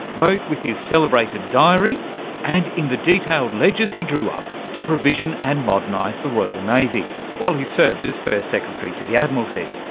both with his celebrated diary and in the detailed ledgers he drew up to provision and modernise the royal navy while he served as first secretary to the admiralty.